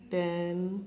then